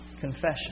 confession